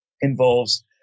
involves